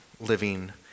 living